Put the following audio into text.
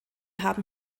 haben